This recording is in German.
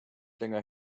länger